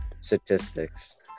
Statistics